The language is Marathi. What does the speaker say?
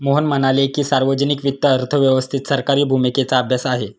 मोहन म्हणाले की, सार्वजनिक वित्त अर्थव्यवस्थेत सरकारी भूमिकेचा अभ्यास आहे